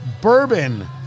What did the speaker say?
Bourbon